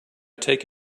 take